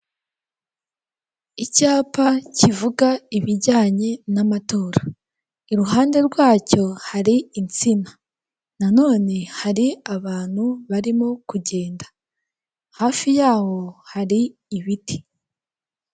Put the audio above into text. Icyapa kivuga ibijyanye n'amatora, iruhande rwacyo hari insina, na none hari abantu barimo kugenda, hafi yaho hari ibiti.